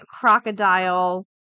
Crocodile